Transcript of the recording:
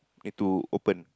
need to open